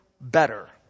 better